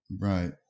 Right